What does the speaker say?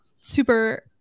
super